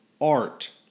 art